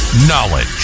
Knowledge